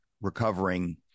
recovering